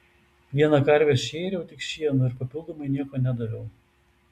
vieną karvę šėriau tik šienu ir papildomai nieko nedaviau